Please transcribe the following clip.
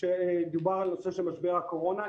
משבר הקורונה,